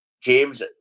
James